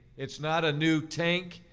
it's not a new tank,